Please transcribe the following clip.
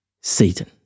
Satan